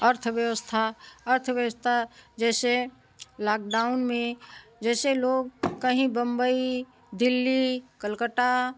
अर्थव्यवस्था अर्थव्यवस्था जैसे लाकडाउन में जैसे लोग कहीं बम्बई दिल्ली कलकटा